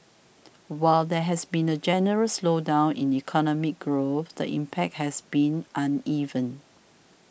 while there has been a general slowdown in economic growth the impact has been uneven